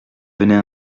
venait